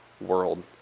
world